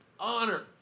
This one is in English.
Honor